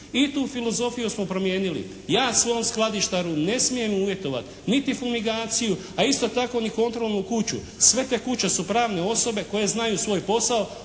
I tu filozofiju smo promijenili. Ja svojem skladištaru ne smijem uvjetovati niti fumigaciju, a isto tako ni kontrolu kuću. Sve te kuće su pravne osobe koje znaju svoj posao.